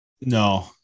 No